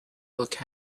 look